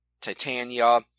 Titania